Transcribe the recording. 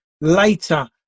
later